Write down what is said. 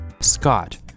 Scott